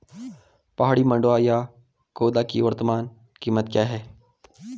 पहाड़ी मंडुवा या खोदा की वर्तमान कीमत क्या है?